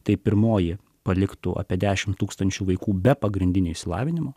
tai pirmoji paliktų apie dešimt tūkstančių vaikų be pagrindinio išsilavinimo